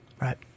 right